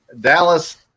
Dallas